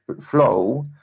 flow